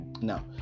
Now